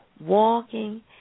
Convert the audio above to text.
walking